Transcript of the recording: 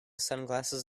sunglasses